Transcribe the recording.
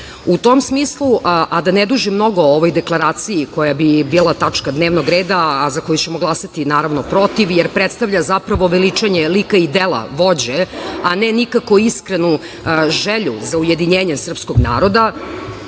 U tom smislu, a da ne dužim mnogo o ovoj Deklaraciji koja bi bila tačka dnevnog reda a za koju ćemo glasati naravno protiv, jer predstavlja zapravo veličanje lika i dela vođe a ne nikako iskrenu želju za ujedinjenje srpskog naroda,